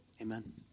Amen